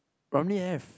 Ramly have